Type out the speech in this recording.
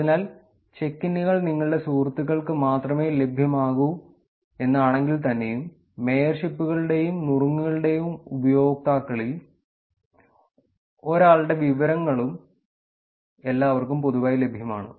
അതിനാൽ ചെക്ക് ഇന്നുകൾ നിങ്ങളുടെ സുഹൃത്തുക്കൾക്ക് മാത്രമേ ലഭ്യമാകൂ എന്നാണെങ്കിൽതന്നെയും മേയർഷിപ്പുകളുടെയും നുറുങ്ങുകളുടെയും ഉപയോക്താക്കളിൽ ഒരാളുടെ വിവരങ്ങളും എല്ലാവർക്കും പൊതുവായി ലഭ്യമാണ്